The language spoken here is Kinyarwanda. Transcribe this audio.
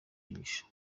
jisho